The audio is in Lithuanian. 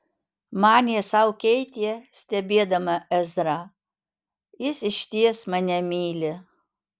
manė sau keitė stebėdama ezrą jis išties mane myli